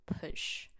push